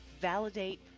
Validate